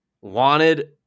Wanted